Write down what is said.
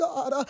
God